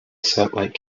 satellite